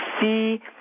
see